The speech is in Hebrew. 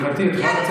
תתבייש לך.